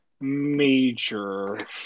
major